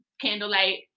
candlelight